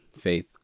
faith